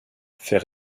fait